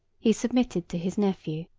he submitted to his nephew.